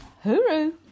hooroo